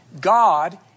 God